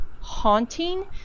haunting